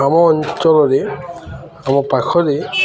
ଆମ ଅଞ୍ଚଳରେ ଆମ ପାଖରେ